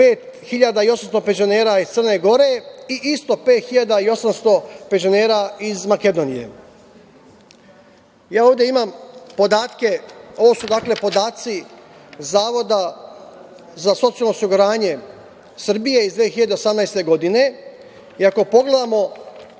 5.800 penzionera iz Crne Gore i isto 5.800 penzionera iz Makedonije. Ovde imam podatke, ovo su podaci Zavoda za socijalno osiguranje Srbije iz 2018. godine i ako pogledamo